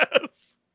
Yes